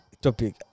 topic